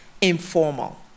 informal